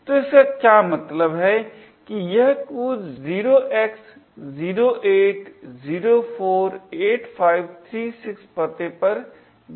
तो इसका क्या मतलब है कि यह कूद 0x08048536 पते पर जाएगी